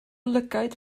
lygaid